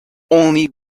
only